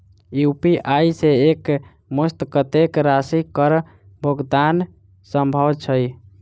UPI सऽ एक मुस्त कत्तेक राशि कऽ भुगतान सम्भव छई?